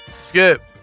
Skip